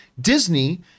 Disney